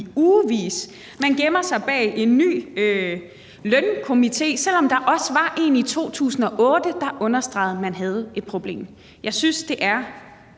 ugevis. Man gemmer sig bag en ny lønstrukturkomité, selv om der også var en i 2008, der understregede, at man havde et problem. Jeg synes, det er